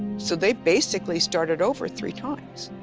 so they basically started over three times.